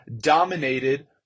dominated